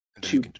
two